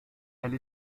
elle